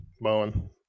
Bowen